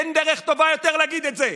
אין דרך טובה יותר להגיד את זה.